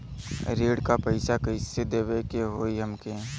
ऋण का पैसा कइसे देवे के होई हमके?